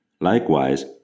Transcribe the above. Likewise